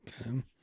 Okay